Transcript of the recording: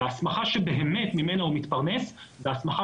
את ההסמכה שבאמת ממנה הוא מתפרנס וההסמכה